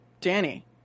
Danny